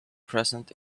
present